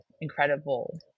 incredible